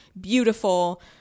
beautiful